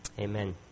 Amen